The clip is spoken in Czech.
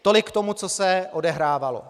Tolik k tomu, co se odehrávalo.